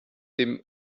dem